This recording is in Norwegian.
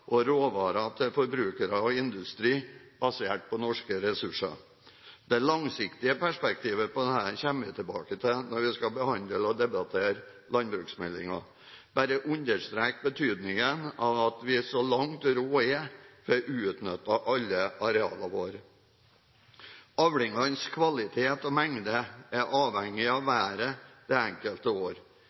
og råvarer til forbrukere og industri basert på norske ressurser. Det langsiktige perspektivet på dette kommer vi tilbake til når vi skal behandle og debattere landbruksmeldingen. Jeg bare understreker betydningen av at vi så langt råd er, får utnyttet alle arealene våre. Avlingenes kvalitet og mengde er avhengig av været det enkelte år.